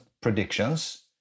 predictions